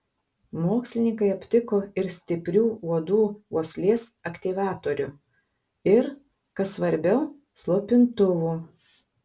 mokslininkai aptiko ir stiprių uodų uoslės aktyvatorių ir kas svarbiau slopintuvų